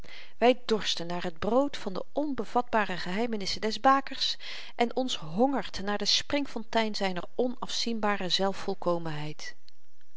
wy dorsten naar het brood van de onbevatbare geheimenissen des bakers en ons hongert naar de springfontein zyner onafzienbare